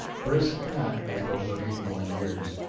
brisk and active for her eighty-one years.